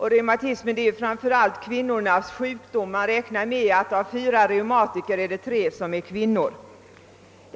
Reumatismen är framför allt en kvinnornas sjukdom — man räknar med att tre av fyra reumatiker är kvinnor.